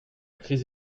crise